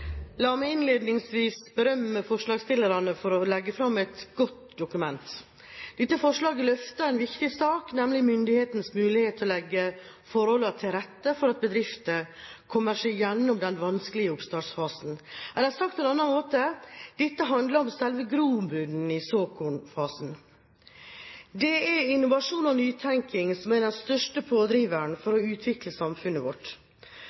La meg innledningsvis berømme forslagsstillerne for å legge fram et godt dokument. Dette forslaget løfter en viktig sak, nemlig myndighetenes muligheter til å legge forholdene til rette for at bedrifter kommer seg igjennom den vanskelige oppstartfasen. Eller sagt på en annen måte: Dette handler om selve grobunnen i såkornfasen. Det er innovasjon og nytenkning som er den største pådriveren for å utvikle samfunnet vårt.